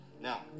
Now